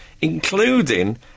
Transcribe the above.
Including